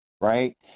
right